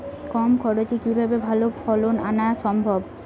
কম খরচে কিভাবে ভালো ফলন আনা সম্ভব?